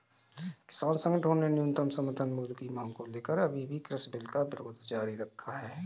किसान संगठनों ने न्यूनतम समर्थन मूल्य की मांग को लेकर अभी भी कृषि बिल का विरोध जारी रखा है